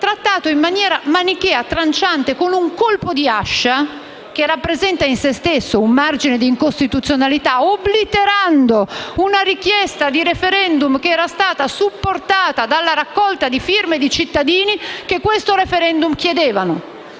trattato in maniera manichea e tranciante con un colpo di ascia, che rappresenta in se stesso un margine di incostituzionalità, obliterando una richiesta di *referendum* supportata dalla raccolta di firme di cittadini che quel *referendum* chiedevano.